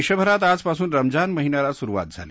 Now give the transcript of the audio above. देशभरात आजपासून रमजान महिन्याला सुरुवात झाली